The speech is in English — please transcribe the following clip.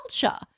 culture